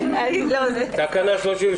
מי בעד אישור תקנה 38?